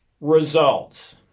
results